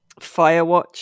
Firewatch